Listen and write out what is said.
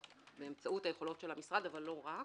באמצעות היכולות של המשרד, אבל לא רק.